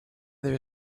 there